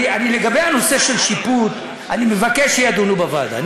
לגבי הנושא של שיפוט אני מבקש שידונו בוועדה.